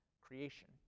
creation